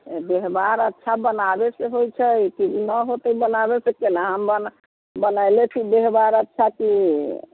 व्यवहार अच्छा बनाबै से होइत छै कि नहि होतै बनाबैके तऽ केना हम बनैले छी व्यवहार अच्छा की